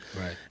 Right